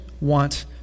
want